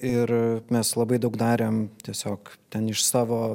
ir mes labai daug darėm tiesiog ten iš savo